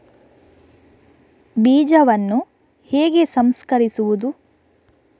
ಬೀಜವನ್ನು ಹೇಗೆ ಸಂಸ್ಕರಿಸುವುದು?